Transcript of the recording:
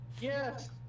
yes